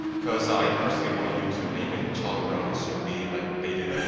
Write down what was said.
cause i personally wanted you to name it charlie brown and snoopy, like they did